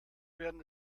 während